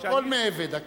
הכול מעב"ד.